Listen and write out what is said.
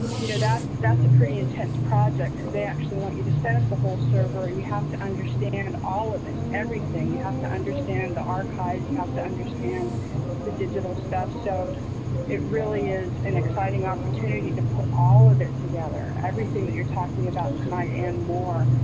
you know, that's that's a pretty intense they actually want you to set up the whole server. you have to understand all of it, everything. you have to understand the archives. you have to understand the digital stuff. so it really is an exciting opportunity to put all of it together. everything that you're talking about tonight. and more.